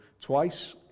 twice